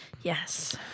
Yes